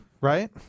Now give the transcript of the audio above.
right